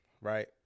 right